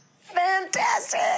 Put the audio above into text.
Fantastic